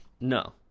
no